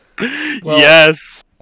Yes